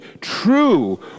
true